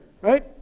right